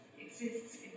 exists